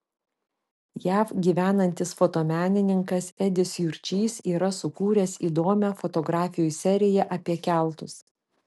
jav gyvenantis fotomenininkas edis jurčys yra sukūręs įdomią fotografijų seriją apie keltus